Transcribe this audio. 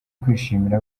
kwishimira